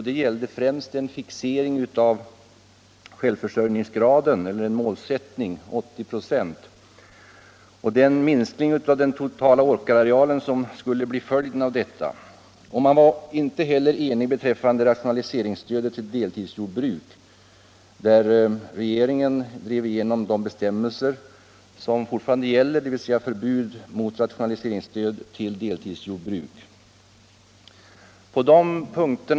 Det gällde främst en fixering av självförsörjningsgraden till 80 96 och den minskning av den totala åkerarealen som skulle bli följden av detta. Man var också oenig beträffande rationaliseringsstödet till deltidsjordbruk, där regeringen drev igenom de bestämmelser om förbud mot rationaliseringsstöd till deltidsjordbruk som ännu gäller.